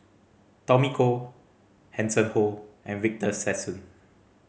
Tommy Koh Hanson Ho and Victor Sassoon